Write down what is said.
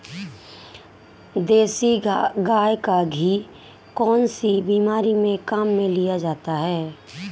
देसी गाय का घी कौनसी बीमारी में काम में लिया जाता है?